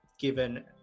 given